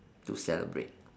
to celebrate